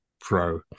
pro